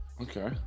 Okay